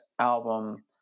album